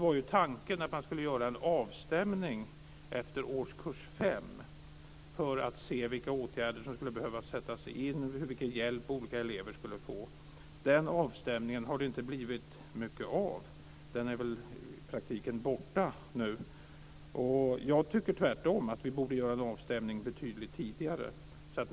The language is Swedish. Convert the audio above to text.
var tanken att man skulle göra en avstämning efter årskurs 5 för att se vilka åtgärder som skulle behöva sättas in och vilken hjälp olika elever skulle få. Den avstämningen har det inte blivit mycket av. Den är väl i praktiken borta nu. Jag tycker tvärtom att vi borde göra en avstämning betydligt tidigare.